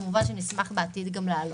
וגם נשמח בעתיד לעלות.